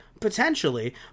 Potentially